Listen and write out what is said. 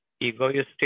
egoistic